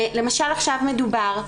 למשל עכשיו מדובר,